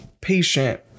patient